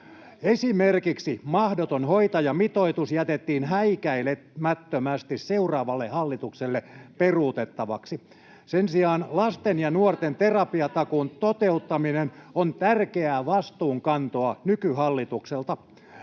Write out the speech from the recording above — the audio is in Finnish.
Esimerkiksi mahdoton hoitajamitoitus jätettiin häikäilemättömästi seuraavalle hallitukselle peruutettavaksi. Sen sijaan lasten ja nuorten terapiatakuun toteuttaminen on tärkeää vastuunkantoa nykyhallitukselta.